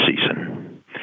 season